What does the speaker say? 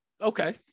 okay